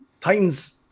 Titans